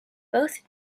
both